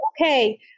okay